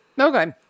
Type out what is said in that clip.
Okay